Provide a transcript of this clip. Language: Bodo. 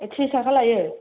ए थ्रिस थाखा लायो